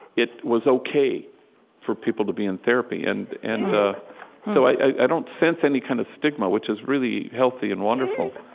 it was ok for people to be in therapy. and and so i don't sense any kind of stigma, which is really healthy and wonderful,